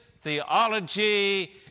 Theology